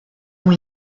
ont